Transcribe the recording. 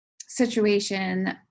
situation